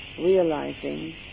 realizing